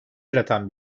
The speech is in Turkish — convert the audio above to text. yaratan